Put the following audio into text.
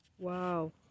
Wow